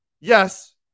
Yes